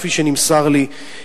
כפי שנמסר לי,